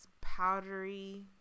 powdery